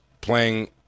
playing